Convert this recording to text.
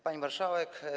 Pani Marszałek!